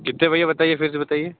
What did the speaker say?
कितने भैया बताइए फिर से बताइए